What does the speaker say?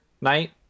knight